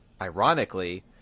ironically